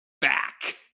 back